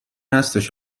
هستش